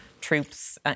troops